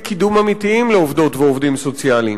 קידום אמיתיים לעובדות ועובדים סוציאליים.